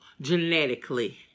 genetically